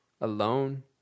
alone